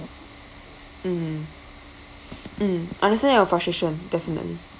mm mm understand your frustration definitely